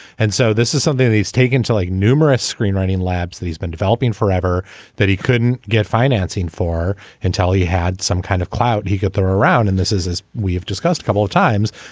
and so this is something he's taken to like numerous screenwriting labs that he's been developing forever that he couldn't get financing for until he had some kind of clout. he got them around and this is as we've discussed a couple of times.